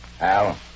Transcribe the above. Al